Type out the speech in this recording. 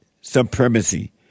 supremacy